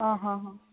आं हां हां